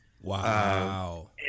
Wow